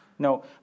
No